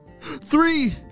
three